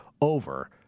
Over